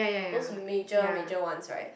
those major major ones right